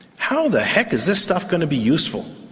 how the heck is this stuff going to be useful?